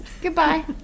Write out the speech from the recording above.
Goodbye